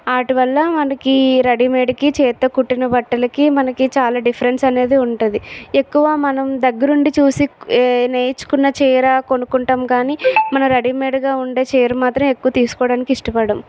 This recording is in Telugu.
వాటివల్ల మనకి రెడీమేడ్కి చేతితో కుట్టిన బట్టలకి మనకి చాలా డిఫరెన్స్ అనేది ఉంటుంది ఎక్కువ మనం దగ్గర ఉండి చూసి నేయించుకున్న చీర కొనుకుంటాం కానీ మన రెడీమేడ్గా ఉండే చీర మాత్రం ఎక్కువ తీసుకోడానికి ఇష్టపడం